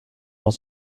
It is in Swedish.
vad